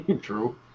true